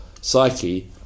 psyche